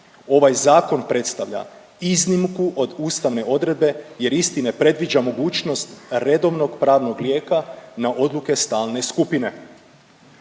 Ovaj zakon predstavlja iznimku od ustavne odredbe jer isti ne predviđa mogućnost redovnog pravnog lijeka na odluke stalne skupine.